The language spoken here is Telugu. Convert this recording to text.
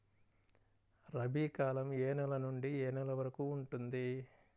రబీ కాలం ఏ నెల నుండి ఏ నెల వరకు ఉంటుంది?